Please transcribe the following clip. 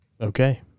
Okay